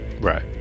Right